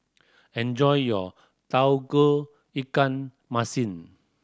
enjoy your ikan masin